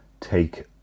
Take